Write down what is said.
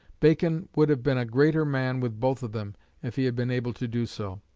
bacon would have been a greater man with both of them if he had been able to do so.